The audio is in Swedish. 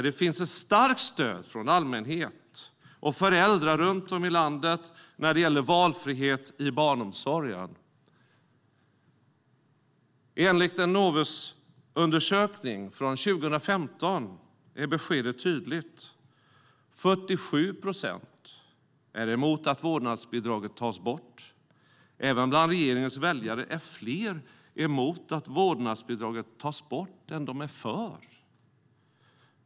Det finns dock ett starkt stöd från allmänhet och föräldrar runtom i landet när det gäller valfrihet i barnomsorgen. Enligt en Novusundersökning från 2015 är beskedet tydligt: 47 procent är emot att vårdnadsbidraget tas bort. Även bland regeringens väljare är fler emot än för att vårdnadsbidraget tas bort.